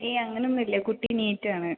ഏയ് അങ്ങന ഒന്നും ഇല്ല കുട്ടി നീറ്റ് ആണ്